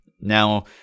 Now